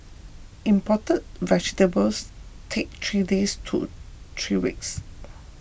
imported vegetables take three days to three weeks